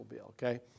okay